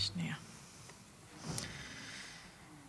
כבוד היושב-ראש, חבריי חברי הכנסת,